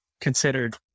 considered